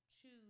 choose